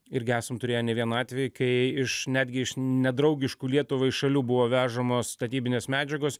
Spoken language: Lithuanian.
irgi esam turėję ne vieną atvejį kai iš netgi iš nedraugiškų lietuvai šalių buvo vežamos statybinės medžiagos